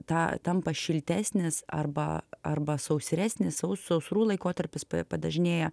tą tampa šiltesnis arba arba sausresnis sau sausrų laikotarpis p padažnėja